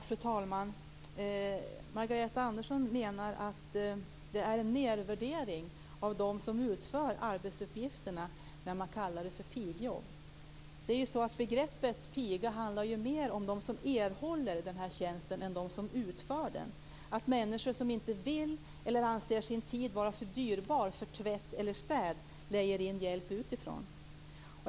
Fru talman! Margareta Andersson menar att det är en nedvärdering av dem som utför arbetsuppgifterna när man kallar det för pigjobb. Begreppet piga handlar mer om dem som erhåller tjänsten än de som utför den, att människor som inte vill eller anser sin tid vara för dyrbar för tvätt eller städning lejer in hjälp utifrån.